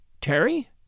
Terry